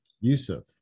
Yusuf